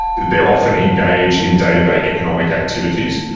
they're often engaged in day-to-day economic activities.